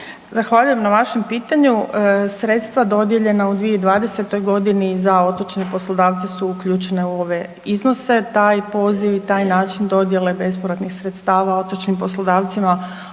Zahvaljujem na vašem pitanju. Sredstva dodijeljena u 2020.g. za otočne poslodavce su uključene u ove iznose, taj poziv i taj način dodjele bespovratnih sredstava otočnim poslodavcima